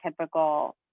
typical